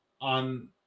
on